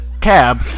cab